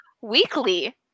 weekly